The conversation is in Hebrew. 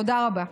תודה רבה.